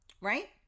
Right